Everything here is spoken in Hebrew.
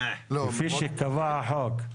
כפי שקבע החוק.